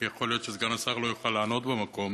כי יכול להיות שסגן השר לא יוכל לענות במקום.